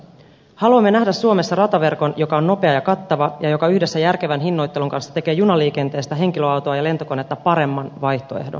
haluamme nähdä suomessa rataverkon joka on nopea ja kattava ja joka yhdessä järkevän hinnoittelun kanssa tekee junaliikenteestä henkilöautoa ja lentokonetta paremman vaihtoehdon